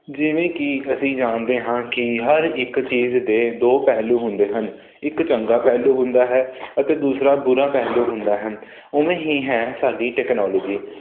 ਜਿਵੇਂ ਕਿ ਅਸੀਂ ਜਾਣਦੇ ਹਾਂ ਕਿ ਹਰ ਇੱਕ ਚੀਜ਼ ਦੇ ਦੋ ਪਹਿਲੂ ਹੁੰਦੇ ਹਨ ਇੱਕ ਚੰਗਾ ਪਹਿਲੂ ਹੁੰਦਾ ਹੈ ਅਤੇ ਦੂਸਰਾ ਬੁਰਾ ਪਹਿਲੂ ਹੁੰਦਾ ਹੈ ਉਵੇਂ ਹੀ ਹੈ ਸਾਡੀ ਟੈਕਨੋਲੋਜੀ